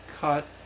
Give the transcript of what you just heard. cut